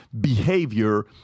behavior